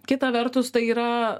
kita vertus tai yra